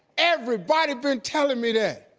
everybody been tellin' me that.